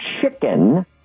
chicken